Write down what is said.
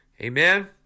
Amen